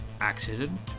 accident